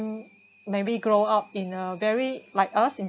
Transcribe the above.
um maybe grow up in a very like us in